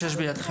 שיש ברשותכם?